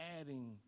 adding